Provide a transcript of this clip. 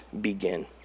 begin